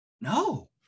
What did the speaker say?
no